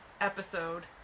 episode